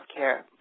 healthcare